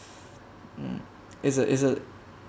mm it's a it's a